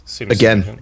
again